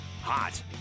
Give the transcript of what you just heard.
hot